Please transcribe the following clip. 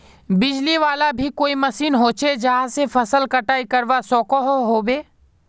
बिजली वाला भी कोई मशीन होचे जहा से फसल कटाई करवा सकोहो होबे?